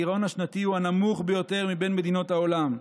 הגירעון השנתי הוא הנמוך ביותר מבין מדינות העולם,